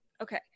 Okay